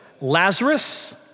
Lazarus